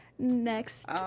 next